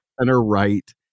center-right